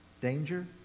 danger